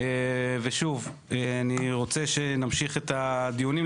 אני רוצה להמשיך את הדיונים,